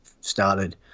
started